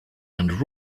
and